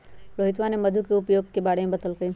रोहितवा ने मधु के उपयोग के बारे में बतल कई